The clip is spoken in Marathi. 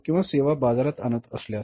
किंवा सेवा बाजारात आणत असल्यास